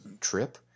trip